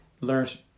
learned